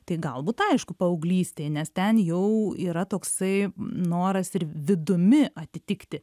tai galbūt aišku paauglystėj nes ten jau yra toksai noras ir vidumi atitikti